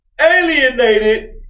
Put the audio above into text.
alienated